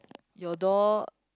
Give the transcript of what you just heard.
your door